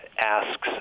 asks